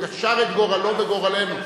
הוא קשר את גורלו בגורלנו.